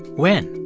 when?